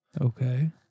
Okay